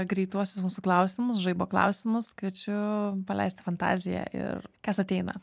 greituosius mūsų klausimus žaibo klausimus kviečiu paleisti fantaziją ir kas ateina